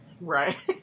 right